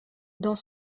dans